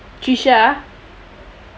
trisha